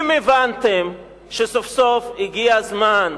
אם הבנתם שסוף סוף הגיע הזמן,